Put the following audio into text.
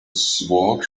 sword